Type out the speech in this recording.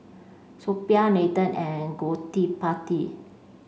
Suppiah Nathan and Gottipati